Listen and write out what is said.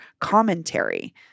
commentary